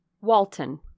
Walton